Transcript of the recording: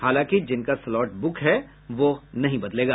हालांकि जिनका slot book है वह नहीं बदलेगा